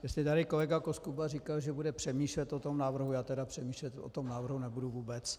Jestli tady kolega Koskuba říkal, že bude přemýšlet o tom návrhu, já tedy přemýšlet o tom návrhu nebudu vůbec.